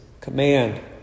command